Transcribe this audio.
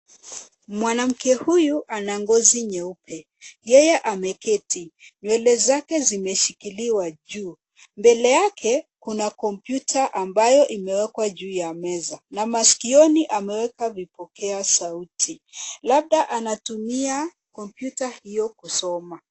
Mwanamke huyu ana ngozi nyeupe. Yeye ameketi. Nywele zake zimeshikiliwa juu. Mbele yake kuna kompyuta ambayo imewekwa juu ya meza na maskioni ameweka vipokea sauti. Labda anatumia kompyuta hio kusoma.